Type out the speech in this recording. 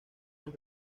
los